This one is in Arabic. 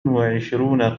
وعشرون